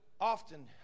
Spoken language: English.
often